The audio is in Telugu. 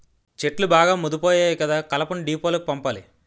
చెట్లు బాగా ముదిపోయాయి కదా కలపను డీపోలకు పంపాలి